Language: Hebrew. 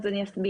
אז אני אסביר.